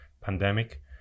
pandemic